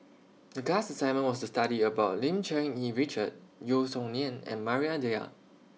The class assignment was to study about Lim Cherng Yih Richard Yeo Song Nian and Maria Dyer